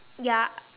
ya